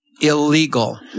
illegal